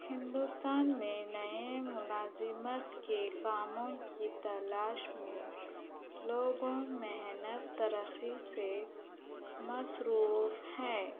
ہندوستان میں نئے ملازمت کے کاموں کی تلاش میں لوگوں محنت ترقی سے مصروف ہیں